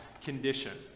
condition